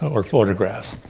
or photographs.